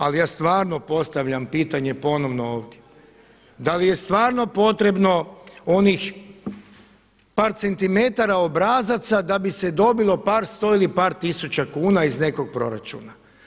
Ali ja stvarno postavljam pitanje ponovno ovdje, da li je stvarno potrebno onih par centimetara obrazaca da bi se dobilo par sto ili par tisuća kuna iz nekog proračuna.